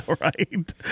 Right